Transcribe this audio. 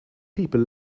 people